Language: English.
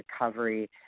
recovery